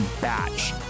batch